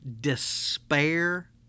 despair